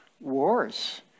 wars